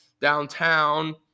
downtown